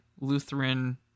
Lutheran